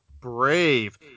Brave